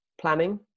planning